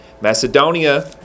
Macedonia